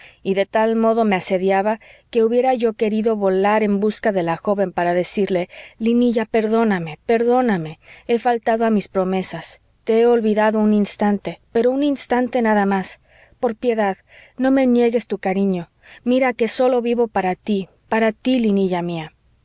y de tal modo me asediaba que hubiera yo querido volar en busca de la joven para decirle linilla perdóname perdóname he faltado a mis promesas te he olvidado un instante pero un instante nada más por piedad no me niegues tu cariño mira que sólo vivo para tí para tí linilla mía